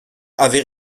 avait